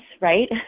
right